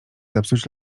zepsuć